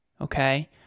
okay